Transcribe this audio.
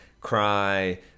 cry